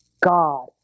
God